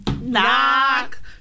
Knock